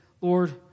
Lord